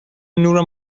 نور